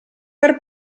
per